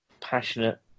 passionate